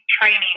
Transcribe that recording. training